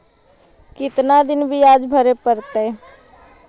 कितना दिन बियाज भरे परतैय?